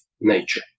nature